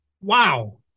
Wow